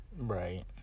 Right